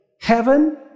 heaven